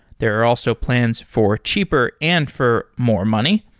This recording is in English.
there are also plans for cheaper and for more money.